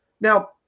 Now